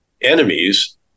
enemies